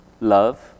love